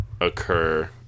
occur